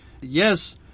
Yes